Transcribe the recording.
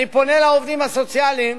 אני פונה לעובדים הסוציאליים: